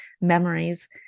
memories